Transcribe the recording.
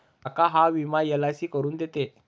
काका हा विमा एल.आय.सी करून देते